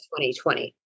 2020